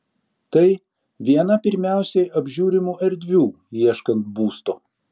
tai viena pirmiausiai apžiūrimų erdvių ieškant būsto